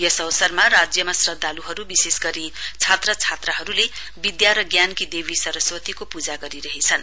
यस अवसरमा राज्यमा श्रद्धाल्हरु विशेष गरी छात्र छात्राहरुले विद्या र ज्ञानकी देवी सरस्वतीको पूजा गरिरहेछन्